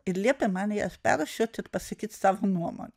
ir liepė man ją perrūšiuot ir pasakyt savo nuomonę